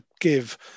give